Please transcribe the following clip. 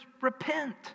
repent